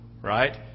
right